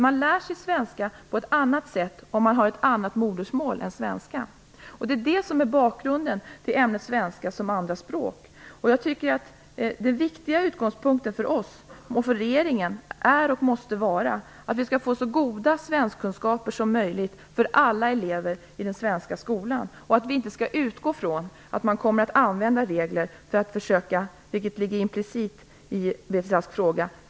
Man lär sig svenska på ett annat sätt om man har ett annat modersmål än svenska. Detta är bakgrunden till ämnet svenska som andraspråk. Jag tycker att den viktiga utgångspunkten för oss och för regeringen är och måste vara att alla elever i den svenska skolan skall få så goda svenskkunskaper som möjligt. Vi skall inte utgå från att man kommer att använda regler för att försöka fuska sig fram. Det ligger implicit i Beatrice Asks fråga.